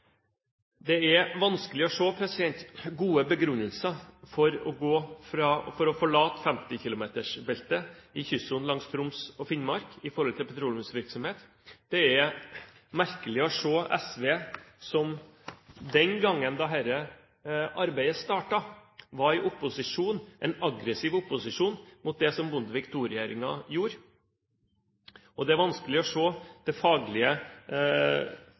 Det er vanskelig å se gode begrunnelser for å forlate 50-kilometersbeltet i kystsonen langs Troms og Finnmark med hensyn til petroleumsvirksomhet. Det er merkelig å se SV, som den gangen dette arbeidet startet, var i opposisjonen – aggressiv opposisjon – mot det Bondevik II-regjeringen gjorde, og det er vanskelig å se den faglige og miljøpolitiske begrunnelsen for det